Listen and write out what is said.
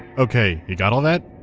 okay, you got all that?